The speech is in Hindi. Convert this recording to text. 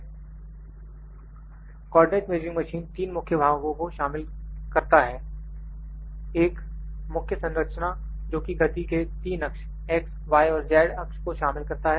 • कोऑर्डिनेट मेजरिंग मशीन तीन मुख्य भागों को शामिल करता है • मुख्य संरचना जोकि गति के 3 अक्ष X Y और Z अक्ष को शामिल करता है